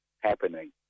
happening